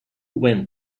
went